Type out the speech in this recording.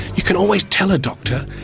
you can always tell a doctor,